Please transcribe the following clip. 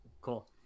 Cool